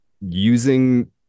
using